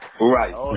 right